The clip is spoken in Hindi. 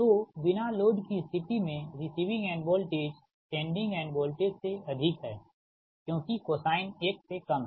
तोबिना लोड की स्थिति में receiving end voltage sending end voltage से अधिक है क्योंकि कोसाइन 1 से कम है